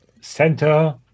center